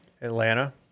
Atlanta